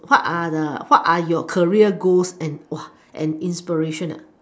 what are the what are your career goals and inspiration